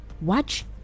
watch